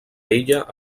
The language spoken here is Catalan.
ella